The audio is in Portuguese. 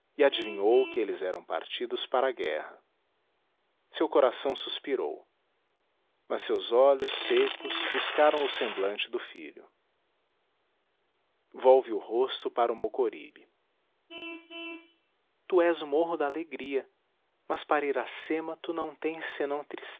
e adivinhou que eles eram partidos para a guerra seu coração suspirou mas seus olhos secos buscaram o semblante do filho volve o rosto para o mocoribe tu és o morro da alegria mas para iracema tu não tens senão